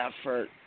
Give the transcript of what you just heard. effort